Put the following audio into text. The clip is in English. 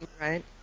Right